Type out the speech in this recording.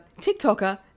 TikToker